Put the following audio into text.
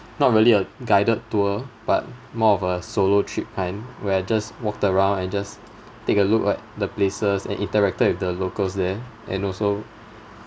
not really a guided tour but more of a solo trip kind where I just walked around and just take a look at the places and interacted with the locals there and also